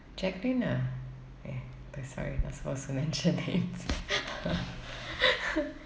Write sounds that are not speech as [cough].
jacqueline ah eh sorry not supposed to mention names [laughs]